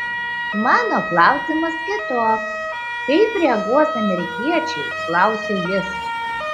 mano klausimas kitoks kaip reaguos amerikiečiai klausia jis